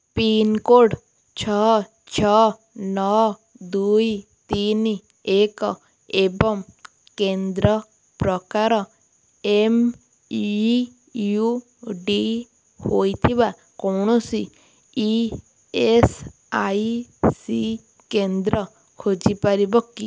pincode ଛଅ ଛଅ ନଅ ଦୁଇ ତିନି ଏକ ଏବଂ କେନ୍ଦ୍ର ପ୍ରକାର ଏମ୍ ଇ ୟୁ ଡ଼ି ହୋଇଥିବା କୌଣସି ଇ ଏସ୍ ଆଇ ସି କେନ୍ଦ୍ର ଖୋଜିପାରିବ କି